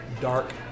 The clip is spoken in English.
dark